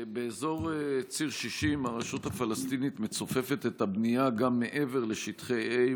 באזור ציר 60 הרשות הפלסטינית מצופפת את הבנייה גם מעבר לשטחי A,